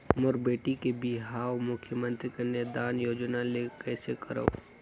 मोर बेटी के बिहाव मुख्यमंतरी कन्यादान योजना ले कइसे करव?